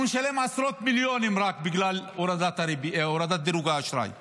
אנחנו נשלם עשרות מיליונים רק בגלל הורדת דירוג האשראי וההלוואות,